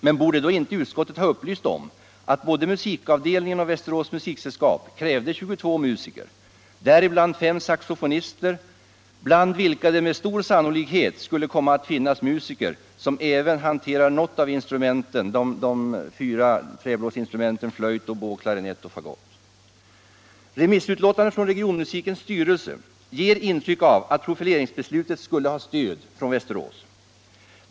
Men borde då inte utskottet ha upplysts om att både musikavdelningen och Västerås musiksällskap krävde 22 musiker, däribland fem saxofonister, bland vilka det med stor sannolikhet skulle komma att finnas musiker som även hanterar något av instrumenten flöjt, oboe, klarinett eller fagott? Remissutlåtandet från regionmusikens styrelse ger intryck av att profileringsbeslutet skulle ha stöd från Västerås.